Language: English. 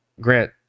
Grant